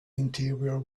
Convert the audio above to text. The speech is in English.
interior